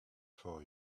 for